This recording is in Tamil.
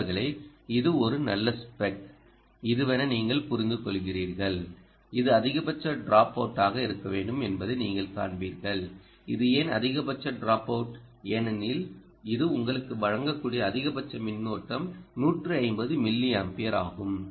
தோழர்களே இது என்ன ஒரு நல்ல ஸ்பெக் இதுவென நீங்கள் புரிந்துகொள்கிறீர்கள் இது அதிகபட்ச டிராப் அவுட் ஆக இருக்க வேண்டும் என்பதை நீங்கள் காண்பீர்கள் இது ஏன் அதிகபட்ச டிராப் அவுட் ஏனெனில் இது உங்களுக்கு வழங்கக்கூடிய அதிகபட்ச மின்னோட்டம் 150 மில்லியம்பியர் ஆகும்